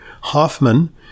Hoffman